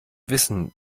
wissen